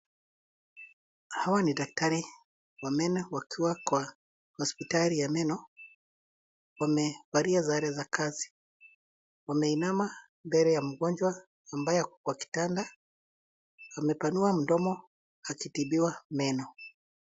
Hawa ni daktari wa meno wakiwa kwa hospitali ya meno wamevalia sare za kazi wameinama mbele ya mgonjwa ambaye ako kwa kitanda amepanua mdomo akitibiwa meno.